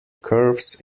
curves